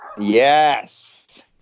Yes